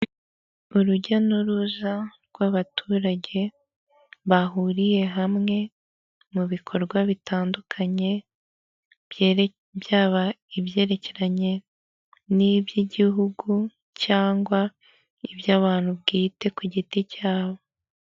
Urujya n'uruza rw'abaturage bahuriye hamwe mu bikorwa bitandukanye, byaba ibyerekeranye n'iby'igihugu cyangwa iby'abantu bwite ku giti cyabo.